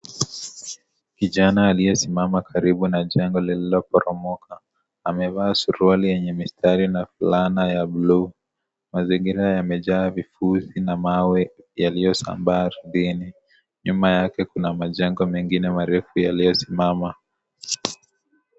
Kijana aliyesimama karibu na jengo lililoporomoka. Amevaa suruali yenye mistari na fulana ya bluu. Mazingira yamejaa vipuzi na mawe yaliyosambaa ardhini. Nyuma yake kuna majengo mengine marefu yaliyosimama.